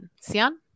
Sian